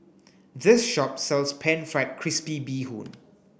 this shop sells pan fried crispy Bee Hoon